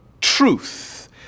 truth